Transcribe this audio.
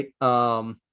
right